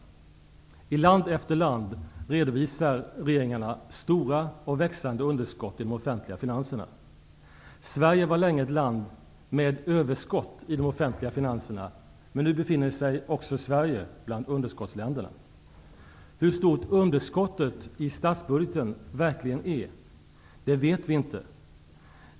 I land efter land redovisar regeringarna stora och växande underskott i de offentliga finanserna. Sverige var länge ett land med överskott i de offentliga finanserna, men nu befinner sig också Sverige bland underskottsländerna. Hur stort underskottet i statsbudgeten verkligen är vet vi inte.